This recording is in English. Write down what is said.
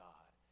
God